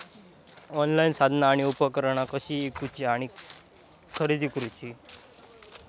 Online साधना आणि उपकरणा कशी ईकूची आणि खरेदी करुची?